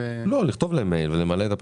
לא, לכתוב להם מייל ולמלא את הפרטים.